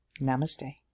Namaste